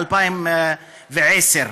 ב-2010,